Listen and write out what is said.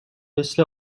مثل